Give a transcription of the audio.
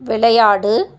விளையாடு